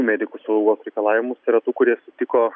medikų saugos reikalavimus yra tų kurie sutiko